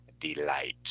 Delight